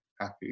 happy